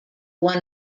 one